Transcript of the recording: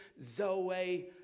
Zoe